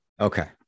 Okay